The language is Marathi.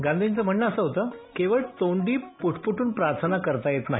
गांधीजींचं म्हणणं असं होतं केवळ तोंडी पुटपुटून पार्थना करता येत नाही